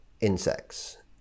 insects